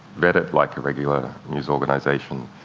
vet it like a regular news organization,